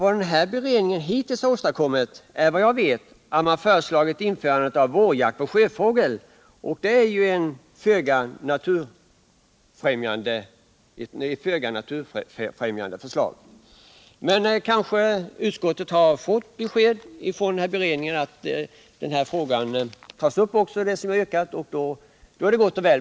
Vad denna beredning hittills åstadkommit är, såvitt jag vet, ett förslag om införande av vårjakt på sjöfågel, och det är ett föga naturfrämjande förslag. Men kanske har utskottet fått uppgift om att den fråga jag aktualiserat i mitt yrkande kommer att tas upp i beredningen, och då är det gott och väl.